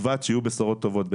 שב"ט שיהיו בשורות טובות.